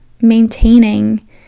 maintaining